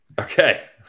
Okay